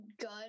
good